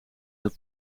tot